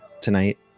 tonight